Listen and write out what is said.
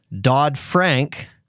Dodd-Frank